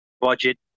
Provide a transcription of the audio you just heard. budget